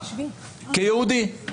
כיהודי,